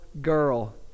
girl